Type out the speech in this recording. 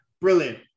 Brilliant